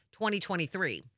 2023